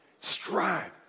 Strive